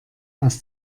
aus